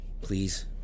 please